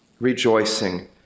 rejoicing